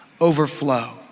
overflow